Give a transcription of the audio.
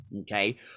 okay